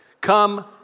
Come